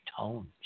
tones